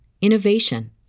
innovation